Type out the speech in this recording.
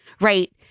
Right